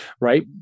Right